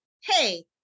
hey